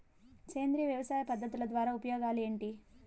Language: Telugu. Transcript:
సేంద్రియ వ్యవసాయ పద్ధతుల ద్వారా ఉపయోగాలు ఏంటి?